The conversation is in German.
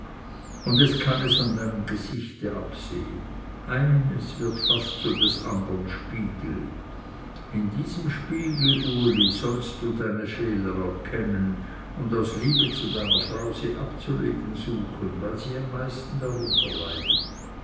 und es kann es an deinem gesichte absehen eines wird fast zu des andern spiegel in diesem spiegel uli sollst du deine fehler erkennen und aus liebe zu deiner frau sie abzulegen suchen weil sie am meisten darunter leidet